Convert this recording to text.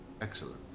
excellent